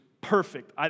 perfect